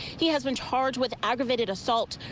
he has been charged with aggravated assault.